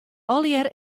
allegear